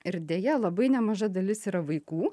ir deja labai nemaža dalis yra vaikų